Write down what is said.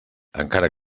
encara